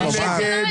אושרו.